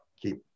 keep